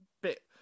bit